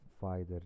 fighter